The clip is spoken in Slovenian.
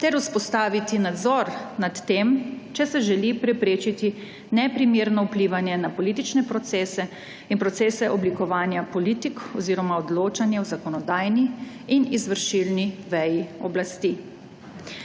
ter vzpostaviti nadzor nad tem, če se želi preprečiti neprimerno vplivanje na politične procese in procese oblikovanja politik oziroma odločanje o zakonodajni in izvršilni veji oblasti.